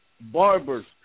barbers